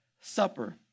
Supper